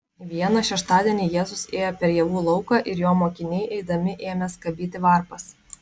vieną šeštadienį jėzus ėjo per javų lauką ir jo mokiniai eidami ėmė skabyti varpas